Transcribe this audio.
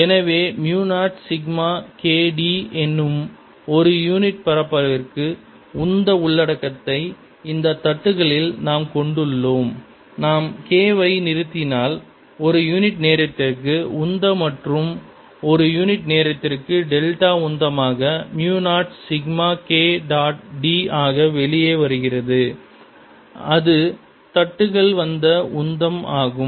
எனவே mu 0 sigma K d எனும் ஒரு யூனிட் பரப்பளவிற்கு உந்த உள்ளடக்கத்தை இந்த தட்டுகளில் நாம் கொண்டுள்ளோம் நாம் K வை நிறுத்தினால் ஒரு யூனிட் நேரத்திற்கு உந்த மாற்றம் ஒரு யூனிட் நேரத்திற்கு டெல்டா உந்தமாக mu 0 sigma K dot d ஆக வெளியே வருகிறது அது தட்டுகள் வந்த உந்தம் ஆகும்